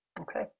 Okay